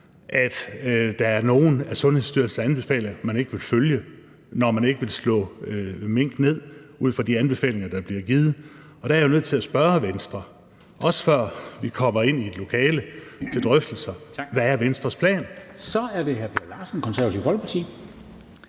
at der er nogle af Sundhedsstyrelsens anbefalinger, man ikke vil følge – når man ikke vil slå mink ned ud fra de anbefalinger, der bliver givet. Og der er jeg jo nødt til at spørge Venstre, også før vi kommer ind i et lokale til drøftelser: Hvad er Venstres plan? Kl. 22:19 Formanden (Henrik Dam